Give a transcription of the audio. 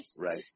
Right